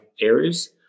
areas